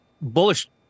bullish